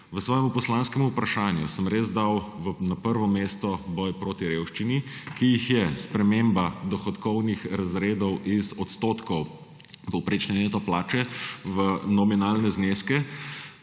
V svojem poslanskem vprašanju sem res dal na prvo mesto boj proti revščini, sprememba dohodkovnih razredov iz odstotkov povprečne neto plače v nominalne zneske